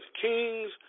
kings